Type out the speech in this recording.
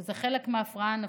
שזה חלק מההפרעה הנפשית.